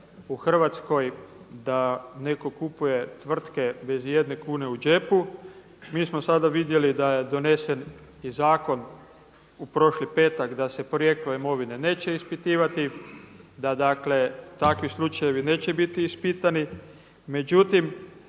u Hrvatskoj da neko kupuje tvrtke bez ijedne kune u džepu. Mi smo sada vidjeli da je donesen i zakon u prošli petak da se porijeklo imovine neće ispitivati, da dakle takvi slučajevi neće biti ispitani. Međutim